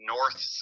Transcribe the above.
North